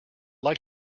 like